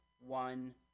one